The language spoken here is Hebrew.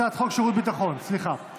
הצעת חוק שירות ביטחון (תיקון,